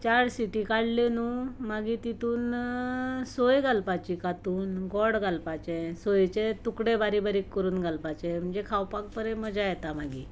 चार सिटी काडल्यो न्हू मागीर तितूंत सोय घालपाची कांतून गोड घालपाचें सोयेचे तुकडे बारीक बारीक करून घालपाचे म्हणजे खावपाक बरी मजा येता मागीर